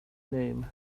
name